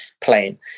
playing